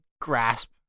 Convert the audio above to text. grasp